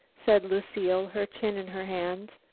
said lucile, her chin in her hands.